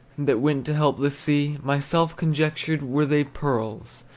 that went to help the sea. myself conjectured, were they pearls,